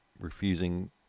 refusing